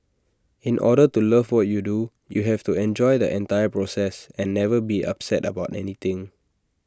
in order to love what you do you have to enjoy the entire process and never be upset about anything